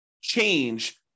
change